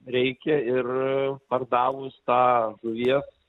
reikia ir pardavus tą žuvies